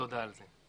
ותודה על זה.